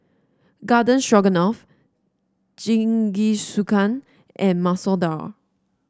Garden Stroganoff Jingisukan and Masoor Dal